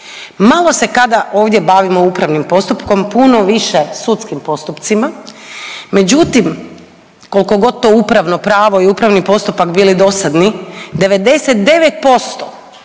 Malo se kada ovdje bavimo upravnim postupkom, puno više sudskim postupcima, međutim kolko god to upravno pravo i upravni postupak bili dosadni 99%